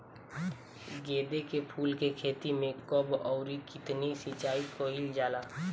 गेदे के फूल के खेती मे कब अउर कितनी सिचाई कइल जाला?